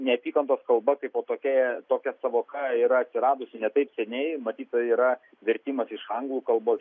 neapykantos kalba kaipo tokia tokia sąvoka yra atsiradusi ne taip seniai matyt yra vertimas iš anglų kalbos